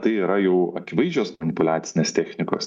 tai yra jau akivaizdžios manipuliacinės technikos